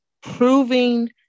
proving